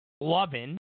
loving